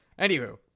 Anywho